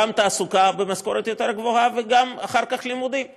גם תעסוקה במשכורת יותר גבוהה וגם לימודים אחר כך.